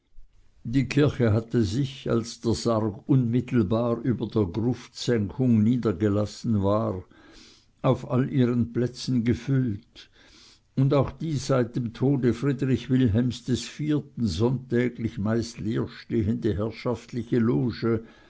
die kirche hatte sich als der sarg unmittelbar über der gruftsenkung niedergelassen war auf all ihren plätzen gefüllt und auch die seit dem tode friedrich wilhelms iv sonntäglich meist leerstehende herrschaftliche loge